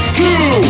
two